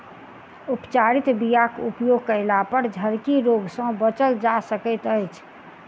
उपचारित बीयाक उपयोग कयलापर झरकी रोग सँ बचल जा सकैत अछि